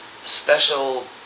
special